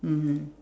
mmhmm